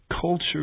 culture